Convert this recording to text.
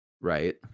Right